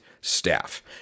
staff